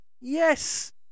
Yes